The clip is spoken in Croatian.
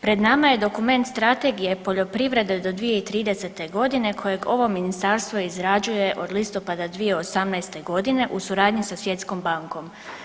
Pred nama je dokument Strategije poljoprivrede do 2030. g. kojeg ovo Ministarstvo izrađuje od listopada 2018. g. u suradnji sa Svjetskom bankom.